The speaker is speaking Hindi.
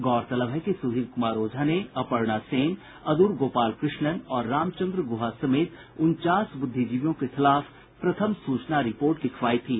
गौरतलब है कि सुधीर कुमार ओझा ने अपर्णा सेन अद्र गोपाल कृष्णन और रामचंद्र गुहा समेत उनचास बुद्धिजीवियों के खिलाफ प्रथम सूचना रिपोर्ट लिखवायी थी